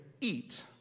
eat